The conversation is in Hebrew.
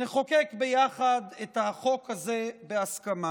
נחוקק ביחד את החוק הזה בהסכמה.